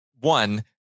One